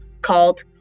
called